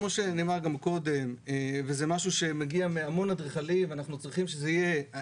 כמו שנאמר גם קודם וזה מגיע מהמון אדריכלים האדריכלים